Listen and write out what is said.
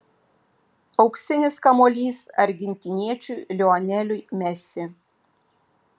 auksinis kamuolys argentiniečiui lioneliui messi